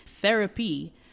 Therapy